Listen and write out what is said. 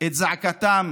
את זעקתם